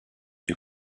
you